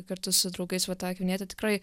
kartu su draugais va tą akvinietį tikrai